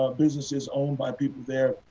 businesses owned by people there,